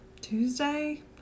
Tuesday